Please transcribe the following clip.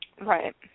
Right